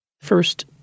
First